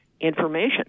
information